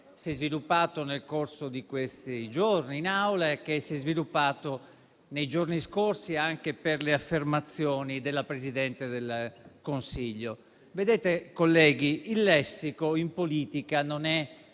si è sviluppato nel corso degli ultimi giorni in Aula e nei giorni scorsi anche per le affermazioni della Presidente del Consiglio. Colleghi, il lessico in politica non è